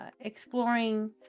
exploring